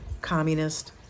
communist